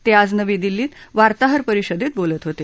ते आज नवी दिल्लीत वार्ताहर परिषदेत बोलत होते